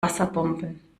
wasserbomben